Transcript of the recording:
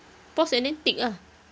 pause and then tick ah